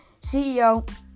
CEO